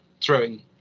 throwing